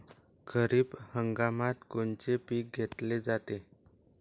खरिप हंगामात कोनचे पिकं घेतले जाते?